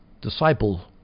disciple